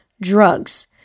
drugs